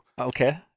Okay